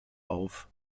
auf